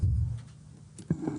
בבקשה.